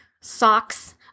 Socks